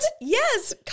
Yes